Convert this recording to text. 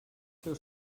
seu